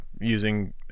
Using